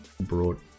brought